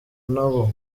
nabo